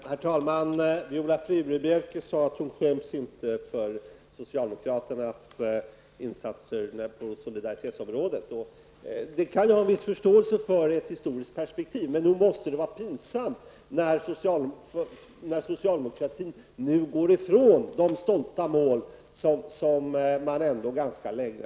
Herr talman! Viola Furubjelke sade att hon inte skäms för socialdemokraternas insatser när det gäller solidaritet. Jag kan ha en viss förståelse för det i ett historiskt perspektiv. Men nog måste det vara pinsamt när socialdemokraterna nu går ifrån de stolta mål som man länge har hävdat.